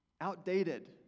outdated